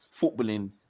footballing